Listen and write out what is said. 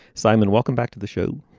simon welcome back to the show.